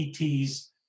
ETs